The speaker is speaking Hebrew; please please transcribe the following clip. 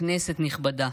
כנסת נכבדה,